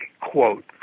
quote